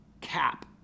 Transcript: cap